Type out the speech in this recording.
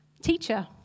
Teacher